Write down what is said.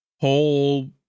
whole